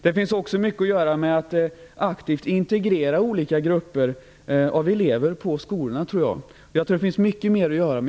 Det finns också mycket att göra med att aktivt integrera olika grupper av elever på skolorna. Det finns mycket mer att göra.